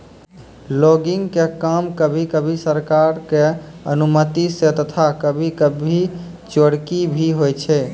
logging के काम कभी कभी सरकार के अनुमती सॅ तथा कभी कभी चोरकी भी होय छै